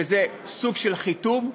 שזה סוג של חיתום,